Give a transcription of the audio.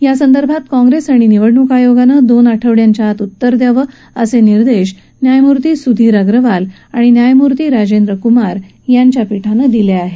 यासंदर्भात काँप्रेस आणि निवडणूक आयोगानं दोन आठवड्यांच्या आत उत्तर द्यावं असे निर्देश न्यायमूर्ती सुधीर अग्रवाल आणि न्यायमूर्ती राजेंद्र कुमार यांच्या पीठाने दिले आहेत